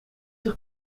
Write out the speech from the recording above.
zich